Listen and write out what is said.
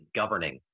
governing